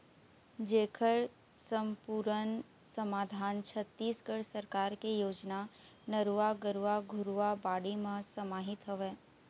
जेखर समपुरन समाधान छत्तीसगढ़ सरकार के योजना नरूवा, गरूवा, घुरूवा, बाड़ी म समाहित हवय